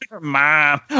Mom